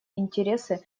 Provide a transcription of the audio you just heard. интересы